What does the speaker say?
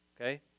Okay